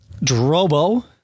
Drobo